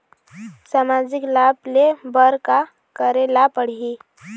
सामाजिक लाभ ले बर का करे ला पड़ही?